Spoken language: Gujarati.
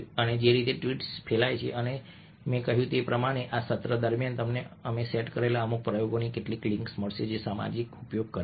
અને જે રીતે આ ટ્વીટ્સ ફેલાય છે અને તે જ મેં કહ્યું હતું કે આ સત્ર દરમિયાન તમને અમે સેટ કરેલા અમુક પ્રયોગોની કેટલીક લિંક્સ મળશે જે સામાજિક ઉપયોગ કરે છે